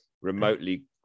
remotely